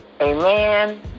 amen